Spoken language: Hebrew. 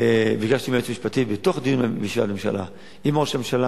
ביקשתי מהיועץ המשפטי בתוך דיון בממשלה עם ראש הממשלה,